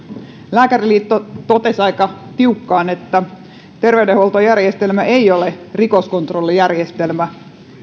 lääkäriliitto totesi aika tiukkaan että terveydenhuoltojärjestelmä ei ole rikoskontrollijärjestelmä